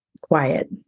quiet